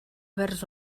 vers